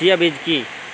Chia বীজ কী?